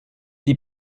die